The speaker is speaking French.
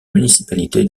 municipalité